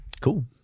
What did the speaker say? Cool